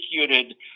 executed